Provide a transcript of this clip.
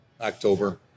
October